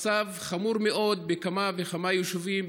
המצב חמור מאוד בכמה וכמה יישובים,